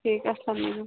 ٹھیٖک اَلسَلام علیکُم